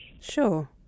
Sure